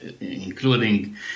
including